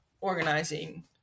organizing